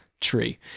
tree